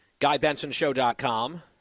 GuyBensonShow.com